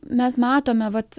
mes matome vat